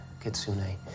kitsune